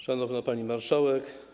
Szanowna Pani Marszałek!